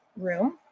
room